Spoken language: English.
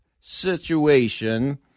situation